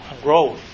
grow